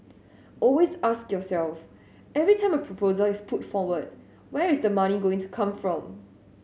always ask yourself every time a proposal is put forward where is the money going to come from